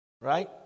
Right